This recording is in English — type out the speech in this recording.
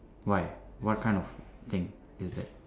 why what kind of thing is that